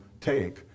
take